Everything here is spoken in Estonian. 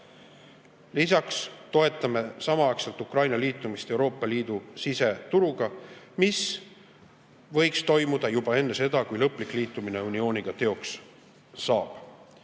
Lisaks toetame samaaegselt Ukraina liitumist Euroopa Liidu siseturuga, mis võiks toimuda juba enne seda, kui lõplik liitumine uniooniga teoks